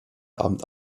abend